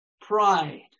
pride